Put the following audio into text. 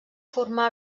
formar